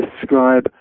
describe